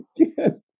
again